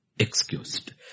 excused